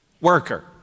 worker